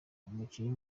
umukinnyi